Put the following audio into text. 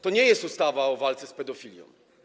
To nie jest ustawa o walce z pedofilią.